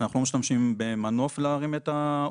אנחנו לא משתמשים במנוף להרים את העובדים לשם.